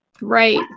Right